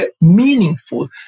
meaningful